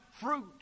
fruit